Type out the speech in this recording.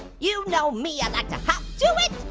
you know me, i like to hop to it,